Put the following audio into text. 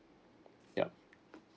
yup